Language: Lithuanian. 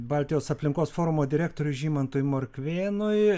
baltijos aplinkos forumo direktorius žymantui morkvėnui